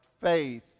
faith